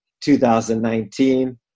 2019